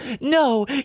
no